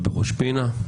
בראש פינה,